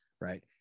right